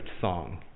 Song